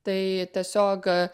tai tiesiog